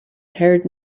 heard